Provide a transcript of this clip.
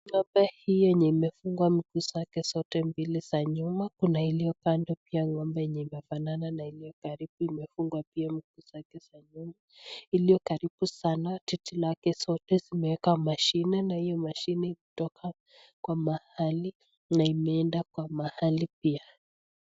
Ngo'mbe huyu amefunga miguu zake zote mbili za nyuma kuna iliyo kando. Pia ngo'mbe yenye inafanana na hiyo gari imefungwa pia miguu za nyuma. Iliyokaribu sana titi lake zote zimewekwa mashini na hiyo mashini kutoka kwa mahali na inaenda kwa mahali pia.